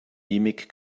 mimik